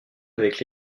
avec